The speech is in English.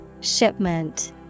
Shipment